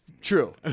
True